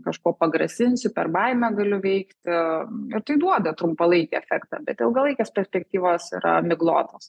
kažkuo pagrasinsiu per baimę galiu veikti ir tai duoda trumpalaikį efektą bet ilgalaikės perspektyvos yra miglotos